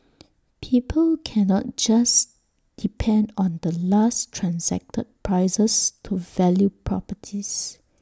people cannot just depend on the last transacted prices to value properties